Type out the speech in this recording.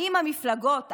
האם המפלגות החרדיות,